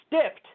stiffed